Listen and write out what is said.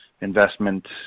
investment